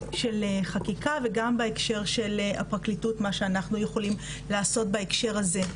חקיקה וגם בהקשר של הפרקליטות מה שאנחנו יכולים לעשות בהקשר הזה,